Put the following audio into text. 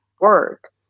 work